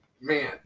man